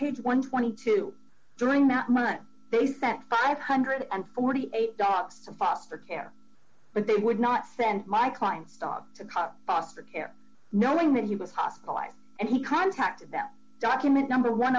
and twenty two during that month they sent five hundred and forty eight dogs to foster care but they would not send my clients dog to cut foster care knowing that he was hospitalized and he contacted that document number one